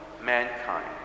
mankind